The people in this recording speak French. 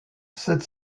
cette